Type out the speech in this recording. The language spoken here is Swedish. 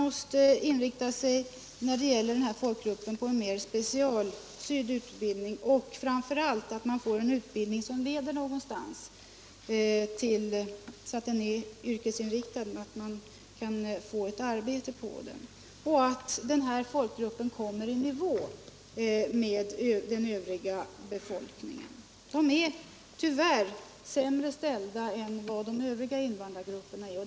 Jag tror att man när det gäller denna folkgrupp måste inrikta sig på en mer specialsydd utbildning. Framför allt bör utbildningen vara yrkesinriktad och leda till att de som genomgår den kan få ett arbete. Utbildningen skall också vara sådan att denna folkgrupp kommer i nivå med den övriga befolkningen. Denna grupp är tyvärr sämre ställd än övriga invandrargrupper.